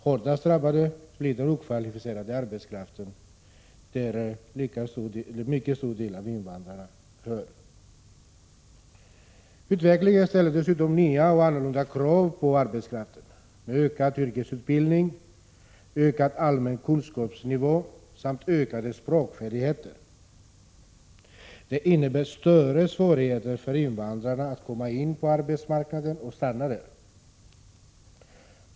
Hårdast drabbad blir den okvalificerade arbetskraften, dit en mycket stor del av invandrarna hör. Utvecklingen ställer dessutom nya och annorlunda krav på arbetskraften — ökad yrkesutbildning, ökad allmän kunskapsnivå samt ökade språkfärdigheter. Det innebär större svårigheter för invandrare att komma in på arbetsmarknaden och stanna där.